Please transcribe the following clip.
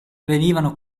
venivano